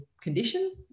condition